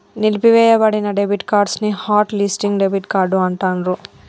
నిలిపివేయబడిన debit card ని hot listing debit card అంటాండ్రు